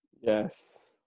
Yes